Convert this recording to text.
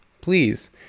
please